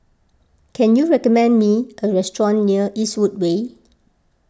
can you recommend me a restaurant near Eastwood Way